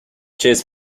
cheers